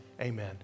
amen